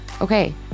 Okay